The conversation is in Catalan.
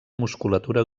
musculatura